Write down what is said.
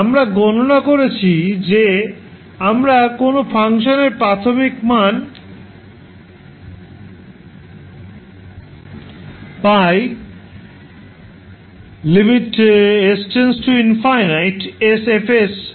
আমরা গণনা করেছি যে আমরা কোনও ফাংশনের প্রাথমিক মান পাই